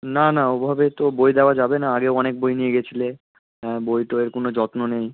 না না ওভাবে তো বই দেওয়া যাবে না আগেও অনেক বই নিয়ে গিয়েছিলে হ্যাঁ বই টইয়ের কোনো যত্ন নেই